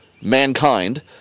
mankind